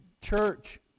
church